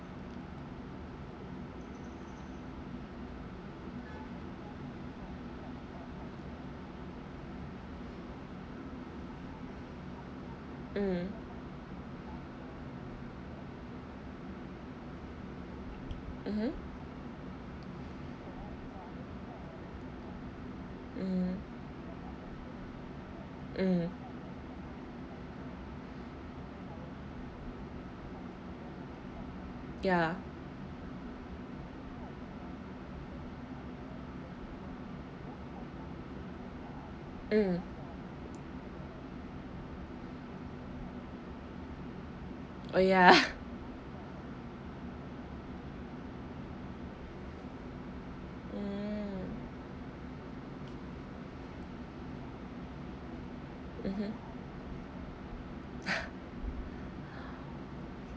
mm mmhmm mm mm ya mm oh ya mm mmhmm